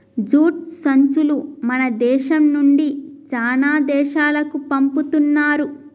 jute సంచులు మన దేశం నుండి చానా దేశాలకు పంపుతున్నారు